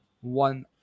one